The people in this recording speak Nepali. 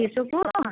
त्यसो पो